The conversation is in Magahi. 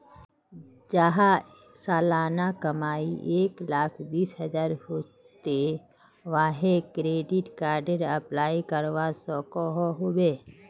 जहार सालाना कमाई एक लाख बीस हजार होचे ते वाहें क्रेडिट कार्डेर अप्लाई करवा सकोहो होबे?